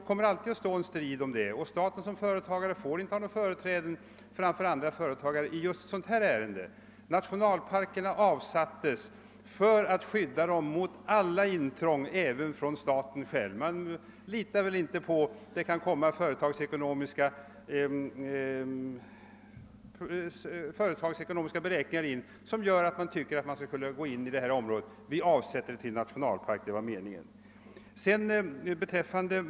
Som företagare får staten inte ha företräde framför andra företagare i dessa avseenden. Nationalparkerna avsattes för att de skulle skyddas mot alla intrång, även från staten själv. Man litade väl inte på att inte företagsekonomiska beräkningar kunde medföra att man önskade gå in i dessa områden, och därför bestämde man sig för att avsätta dem till nationalparker.